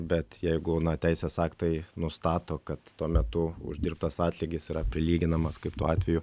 bet jeigu teisės aktai nustato kad tuo metu uždirbtas atlygis yra prilyginamas kaip tuo atveju